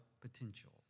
potential